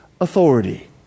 authority